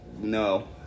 No